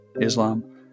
Islam